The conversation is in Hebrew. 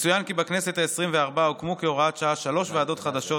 יצוין כי בכנסת העשרים-וארבע הוקמו כהוראת שעה שלוש ועדות חדשות,